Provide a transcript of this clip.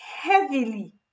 heavily